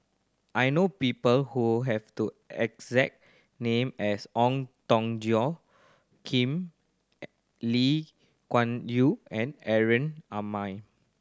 I know people who have the exact name as Ong Tong Joe Kim Lee Kuan Yew and Aaron Maniam